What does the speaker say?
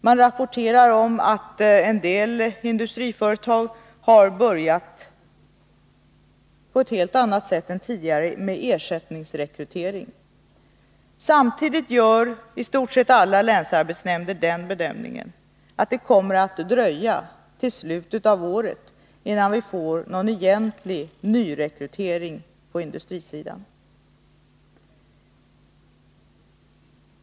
Det rapporteras att vissa industriföretag har börjat på ett helt annat sätt än tidigare med ersättningsrekrytering. Samtidigt gör i stort sett alla länsarbetsnämnder den bedömningen att det kommer att dröja till slutet av året, innan vi får någon egentlig nyrekrytering på industrisidan.